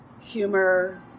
humor